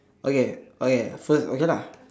okay okay first okay lah